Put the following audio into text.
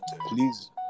Please